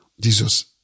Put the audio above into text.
Jesus